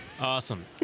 Awesome